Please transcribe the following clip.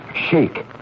Shake